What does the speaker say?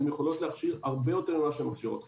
הן תוכלנה להכשיר הרבה יותר ממה שהן מכשירות עכשיו.